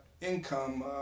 income